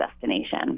destination